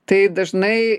tai dažnai